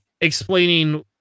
explaining